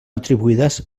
atribuïdes